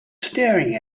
staring